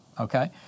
Okay